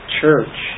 church